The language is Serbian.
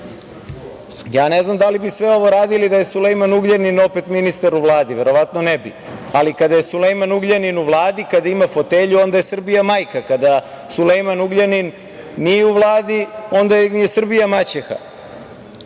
Ne znam da li bi sve ovo radili da je Sulejman Ugljanin opet ministar u Vladi, verovatno ne bi, ali kada je Sulejman Ugljanin u Vladi, kada ima fotelju, onda je Srbija majka. Kada Sulejman Ugljanin nije u Vladi, onda im je Srbija maćeha. Mi